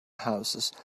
houses